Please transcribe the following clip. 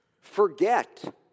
forget